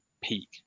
peak